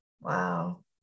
Wow